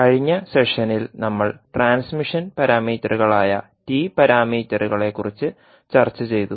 കഴിഞ്ഞ സെഷനിൽ നമ്മൾ ട്രാൻസ്മിഷൻ പാരാമീറ്ററുകളായ ടി പാരാമീറ്ററുകളെക്കുറിച്ച് ചർച്ച ചെയ്തു